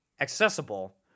accessible